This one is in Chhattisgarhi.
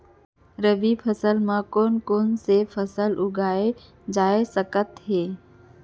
रबि फसल म कोन कोन से फसल उगाए जाथे सकत हे?